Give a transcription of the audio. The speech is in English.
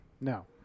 No